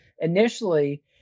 initially